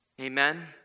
Amen